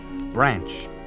Branch